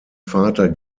vater